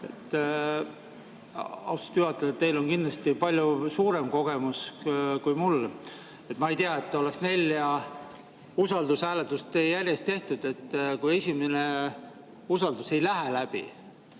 Austatud juhataja, teil on kindlasti palju suurem kogemus kui mul. Ma ei tea, et oleks nelja usaldushääletust järjest tehtud. Kui esimene usaldus ei lähe läbi